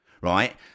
right